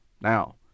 Now